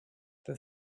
the